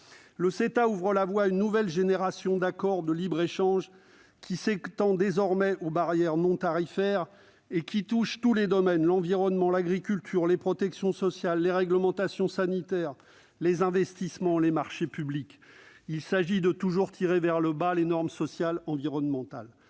Le CETA ouvre la voie à une nouvelle génération d'accords de libre-échange qui s'étend désormais aux barrières non tarifaires et qui touche tous les domaines : l'environnement, l'agriculture, les protections sociales, les réglementations sanitaires, les investissements, les marchés publics. Il s'agit de tirer toujours vers le bas les normes sociales et environnementales.